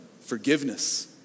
forgiveness